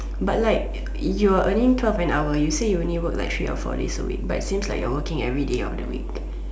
but like you are earning twelve an hour you say you only work like three or four days a week but seems like you are working everyday of the week